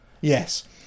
Yes